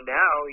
now